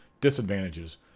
Disadvantages